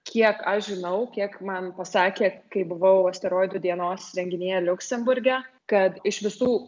kiek aš žinau kiek man pasakė kai buvau asteroidų dienos renginyje liuksemburge kad iš visų